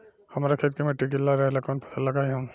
हमरा खेत के मिट्टी गीला रहेला कवन फसल लगाई हम?